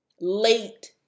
late